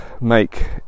make